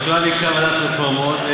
הממשלה ביקשה ועדת רפורמות,